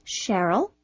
Cheryl